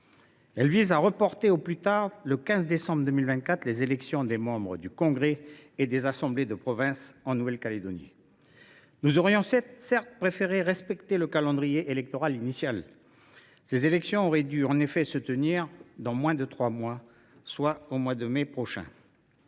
Il vise à reporter au plus tard au 15 décembre 2024 les élections des membres du congrès et des assemblées de province en Nouvelle Calédonie. Nous aurions certes préféré respecter le calendrier électoral initial. Ces élections auraient dû en effet se tenir dans moins de trois mois, soit au mois de mai prochain.